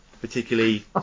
particularly